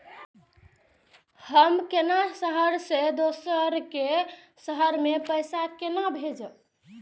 हम केना शहर से दोसर के शहर मैं पैसा केना भेजव?